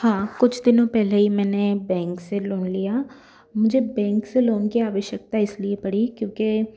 हाँ कुछ दिनों पहले ही मेंने बैंक से लोन लिया मुझे बेंक से लोन की आवश्यकता इस लिए पड़ी क्योंकि